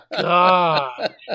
God